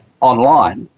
online